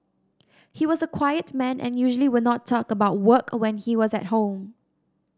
he was a quiet man and usually would not talk about work when he was at home